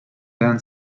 then